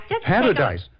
Paradise